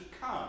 come